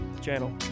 channel